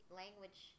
language